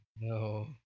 no